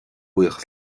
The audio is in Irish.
buíochas